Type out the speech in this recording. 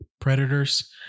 predators